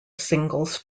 singles